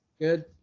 Good